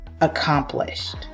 accomplished